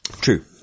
true